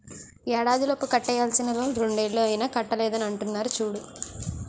ఏడాదిలోపు కట్టేయాల్సిన లోన్ రెండేళ్ళు అయినా కట్టలేదని అంటున్నారు చూడు